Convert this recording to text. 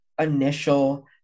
initial